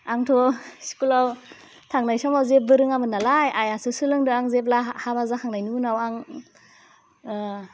आंथ' स्कुलाव थांनाय समाव जेब्बो रोङामोन नालाय आइयासो सोलोंदों आं जेब्ला हा हाबा जाखांनायनि उनाव आं